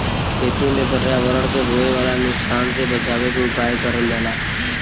खेती में पर्यावरण से होए वाला नुकसान से बचावे के उपाय करल जाला